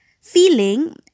feeling